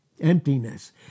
emptiness